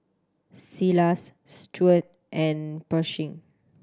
Silas Stuart and Pershing